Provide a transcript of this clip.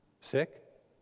Sick